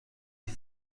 dix